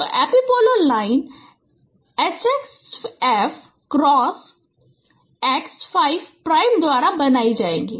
तो epipolar line H x 5 cross x 5 prime द्वारा बनाई जाएगी